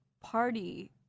party